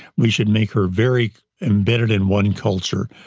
we should make her very embedded in one culture,